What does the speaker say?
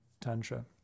tantra